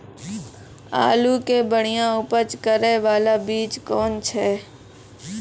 आलू के बढ़िया उपज करे बाला बीज कौन छ?